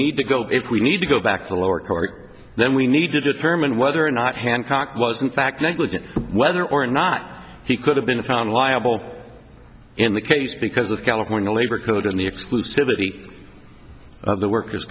need to go if we need to go back to the lower court then we need to determine whether or not hancock wasn't back negligent whether or not he could have been found liable in the case because of california labor code and the exclusivities worker